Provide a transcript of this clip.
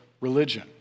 religion